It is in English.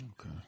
Okay